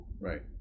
Right